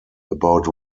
about